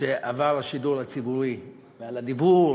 שעבר השידור הציבורי ואת הדיבור